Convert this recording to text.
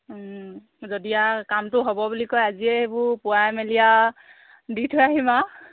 যদি আ কামটো হ'ব বুলি কয় আজিয়ে এইবোৰ পুৱাই মেলি আ দি থৈ আহিম আ